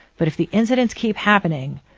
but if the incidents keep happening,